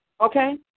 Okay